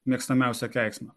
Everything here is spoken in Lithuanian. mėgstamiausią keiksmą